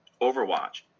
Overwatch